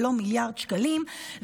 ולא מיליארד שקלים,